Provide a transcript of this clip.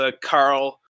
Carl